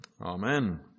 Amen